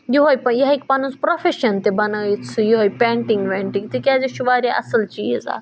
یِہے یہِ ہیٚہِ پَنن سُہ پروفیشَن تہِ بنٲیِتھ سُہ یِہے پینٹِنٛگ وینٛٹِنٛگ تِکیٛازِ یہِ چھُ واریاہ اَصٕل چیٖز اَکھ